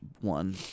one